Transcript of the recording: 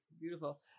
Beautiful